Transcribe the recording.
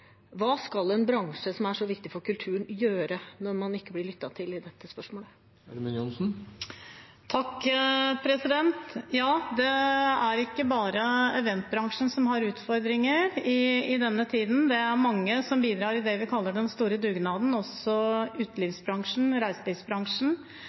blir lyttet til i dette spørsmålet? Det er ikke bare eventbransjen som har utfordringer i denne tiden. Det er mange som bidrar i det vi kaller den store dugnaden, også